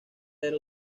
era